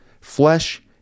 flesh